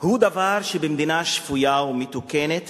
הם דבר שבמדינה שפויה ומתוקנת